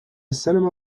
cinema